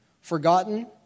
forgotten